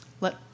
let